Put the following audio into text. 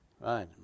right